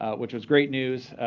ah which was great news.